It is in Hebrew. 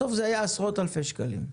בסוף זה היה עשרות אלפי שקלים.